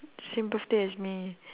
same birthday as me